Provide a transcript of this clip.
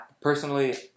Personally